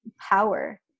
power